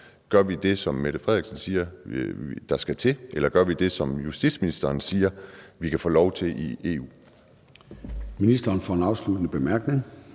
Gør vi det, som statsministeren siger der skal til, eller gør vi det, som justitsministeren siger at vi kan få lov til i EU?